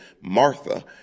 Martha